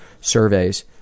surveys